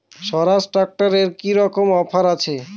স্বরাজ ট্র্যাক্টরে কি রকম অফার আছে?